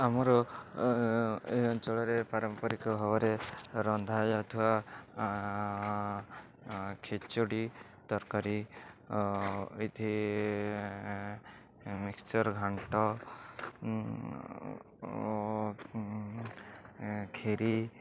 ଆମର ଏ ଅଞ୍ଚଳରେ ପାରମ୍ପରିକ ଭାବରେ ରନ୍ଧାଯାଉଥିବା ଖେଚଡ଼ି ତରକାରୀ ଏଇଠି ମିକ୍ସଚର୍ ଘାଣ୍ଟ କ୍ଷୀରି